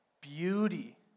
beauty